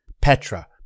Petra